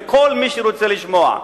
לכל מי שרוצה לשמוע,